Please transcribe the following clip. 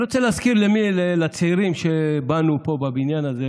אני רוצה להזכיר לצעירים שבנו פה בבניין הזה: